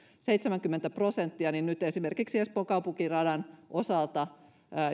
seitsemänkymmentä prosenttia niin nyt esimerkiksi espoon kaupunkiradan osalta